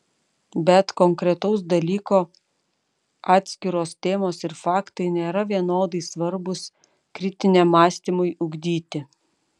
bet konkretaus dalyko atskiros temos ir faktai nėra vienodai svarbūs kritiniam mąstymui ugdyti